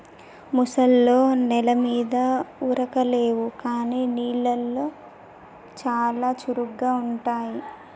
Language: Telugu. ముసల్లో నెల మీద ఉరకలేవు కానీ నీళ్లలో చాలా చురుగ్గా ఉంటాయి